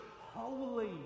holy